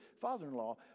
father-in-law